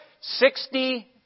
Sixty